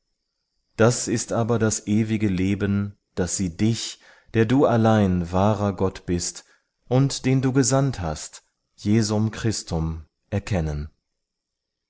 das ist aber das ewige leben daß sie dich der du allein wahrer gott bist und den du gesandt hast jesum christum erkennen